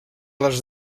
les